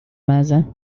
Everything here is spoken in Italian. mese